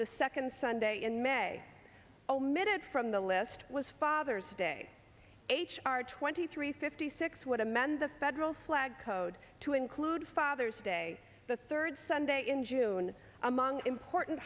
the second sunday in may omitted from the list was father's day h r twenty three fifty six would amend the federal flag code to include father's day the third sunday in june among important